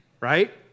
Right